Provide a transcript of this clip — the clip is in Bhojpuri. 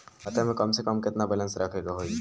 खाता में कम से कम केतना बैलेंस रखे के होईं?